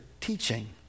teaching